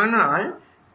ஆனால்